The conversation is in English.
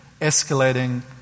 escalating